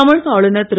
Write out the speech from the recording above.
தமிழக ஆளுனர் திரு